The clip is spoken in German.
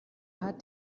hat